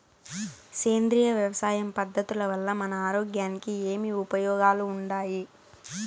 సేంద్రియ వ్యవసాయం పద్ధతుల వల్ల మన ఆరోగ్యానికి ఏమి ఉపయోగాలు వుండాయి?